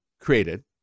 created